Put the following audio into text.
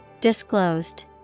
Disclosed